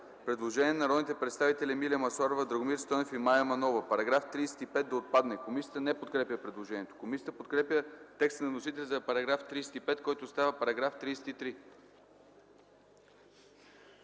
предложение на народните представители Емилия Масларова, Драгомир Стойнев и Мая Манолова –§ 54 да отпадне. Комисията не подкрепя предложението. Комисията подкрепя текста на вносителя за § 54, който става § 47.